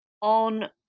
on